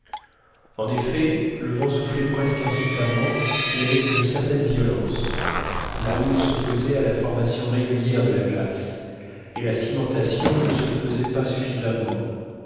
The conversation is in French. en effet le vent soufflait presque incessamment et avec une certaine violence la houle s'opposait à la formation régulière de la glace et la cimentation ne se faisait pas suffisamment